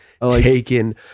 taken